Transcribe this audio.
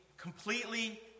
completely